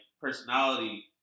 personality